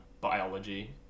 biology